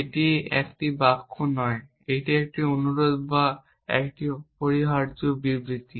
এটি একটি বাক্য নয় এটি একটি অনুরোধ বা একটি অপরিহার্য বিবৃতি